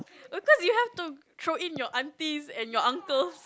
of course you have to throw in your aunties and your uncles